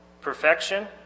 Perfection